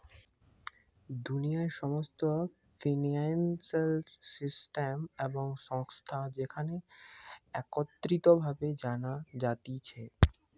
দুনিয়ার সমস্ত financial system এবং সংস্থা যেখানে একত্রিত ভাবে জানা যাতিছে